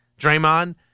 Draymond